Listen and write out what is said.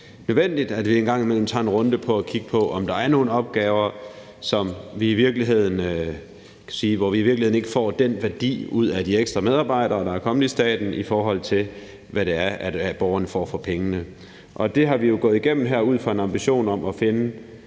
nødvendigt, at vi en gang imellem tager en runde med at kigge på, om der er nogle opgaver, hvor vi i virkeligheden ikke får den værdi ud af de ekstra medarbejdere, der er kommet i staten, i forhold til hvad det er, borgerne får for pengene. Og det har vi jo gået igennem her ud fra en ambition om at finde